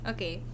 Okay